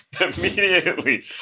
immediately